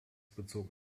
bezog